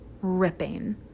ripping